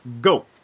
Go